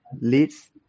leads